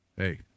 Hey